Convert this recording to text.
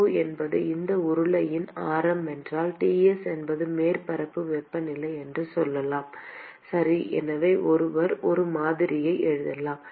r0 என்பது அந்த உருளையின் ஆரம் என்றால் Ts என்பது மேற்பரப்பு வெப்பநிலை என்று சொல்லலாம் சரி எனவே ஒருவர் ஒரு மாதிரியை எழுதலாம்